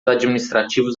administrativos